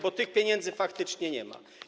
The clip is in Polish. Bo tych pieniędzy faktycznie nie ma.